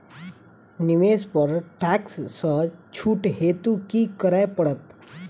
निवेश पर टैक्स सँ छुट हेतु की करै पड़त?